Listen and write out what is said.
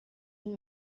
and